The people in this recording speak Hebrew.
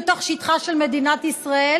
לתוך שטחה של מדינת ישראל,